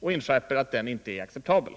och inskärper att den inte är acceptabel.